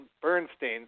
Bernstein